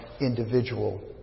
individual